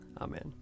Amen